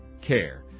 care